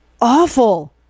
awful